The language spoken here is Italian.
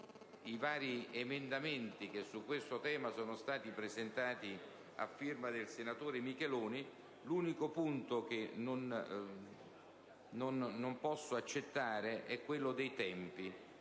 i vari emendamenti che su questo tema sono stati presentati dal senatore Micheloni. L'unico punto che non posso accettare è quello dei tempi,